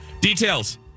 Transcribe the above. details